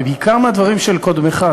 ובעיקר מהדברים של קודמך,